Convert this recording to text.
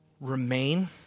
remain